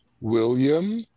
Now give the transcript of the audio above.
William